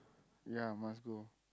ya must go